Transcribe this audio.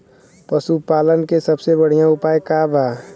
पशु पालन के सबसे बढ़ियां उपाय का बा?